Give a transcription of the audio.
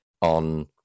on